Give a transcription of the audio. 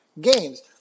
games